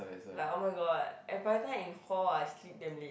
like almost got eh but that time in hall ah I sleep damn late